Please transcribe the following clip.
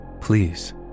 please